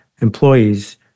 employees